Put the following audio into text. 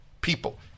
people